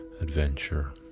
adventure